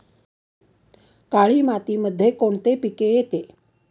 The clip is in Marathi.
काळी मातीमध्ये कोणते पिके येते?